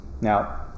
Now